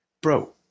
Bro